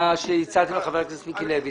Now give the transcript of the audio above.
תחזרו על ההצעה שהצעתם לחבר הכנסת מיקי לוי.